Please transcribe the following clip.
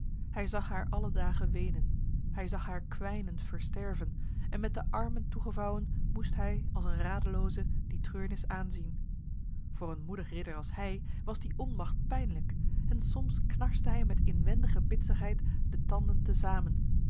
hij zag haar alle dagen wenen hij zag haar kwijnend versterven en met de armen toegevouwen moest hij als een radeloze die treurnis aanzien voor een moedig ridder als hij was die onmacht pijnlijk en soms knarste hij met inwendige bitsigheid de tanden